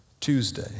Tuesday